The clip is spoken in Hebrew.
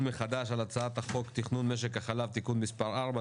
מחדש על הצעת חוק תכנון משק החלב (תיקון מספר 4),